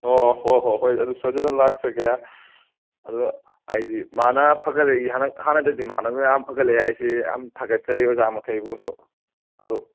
ꯑꯣ ꯍꯣꯏ ꯍꯣꯏ ꯍꯣꯏ ꯑꯗꯨꯗꯤ ꯁꯣꯏꯗꯅ ꯂꯥꯛꯆꯒꯦ ꯑꯗꯣ ꯍꯥꯏꯗꯤ ꯃꯥꯅ ꯐꯥꯒꯠꯂꯛꯑꯦ ꯍꯥꯏꯅ ꯍꯥꯟꯅꯗꯩꯗꯤ ꯃꯥꯅ ꯌꯥꯝ ꯐꯥꯒꯠꯂꯛꯑꯦ ꯍꯥꯏꯁꯦ ꯌꯥꯥꯝ ꯊꯥꯒꯠꯆꯔꯤ ꯑꯣꯖꯥꯃꯈꯩꯕꯨꯁꯨ ꯑꯗꯣ